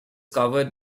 covered